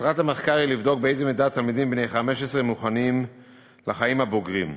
מטרת המחקר היא לבדוק באיזו מידה תלמידים בני 15 מוכנים לחיים הבוגרים,